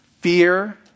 fear